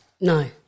No